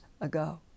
ago